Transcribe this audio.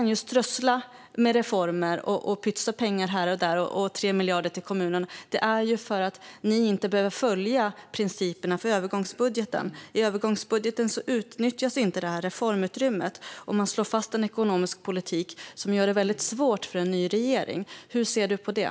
Ni kan strössla med reformer och pytsa pengar hit och dit och 3 miljarder kronor till kommunerna, eftersom ni inte behöver följa principerna för övergångsbudgeten. I övergångsbudgeten utnyttjas inte detta reformutrymme. Ni slår fast en ekonomisk politik som gör det mycket svårt för en ny regering. Hur ser du på det?